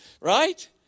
right